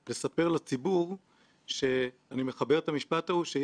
באמת למדנו